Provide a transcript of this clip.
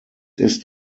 ist